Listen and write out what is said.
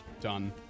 done